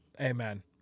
Amen